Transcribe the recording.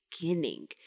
beginning